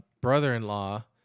brother-in-law